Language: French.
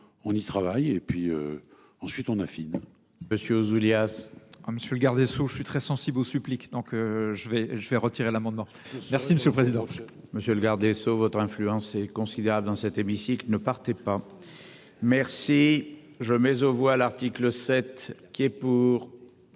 On y travaille et puis. Ensuite, on affine.